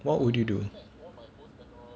what would you do